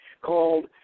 called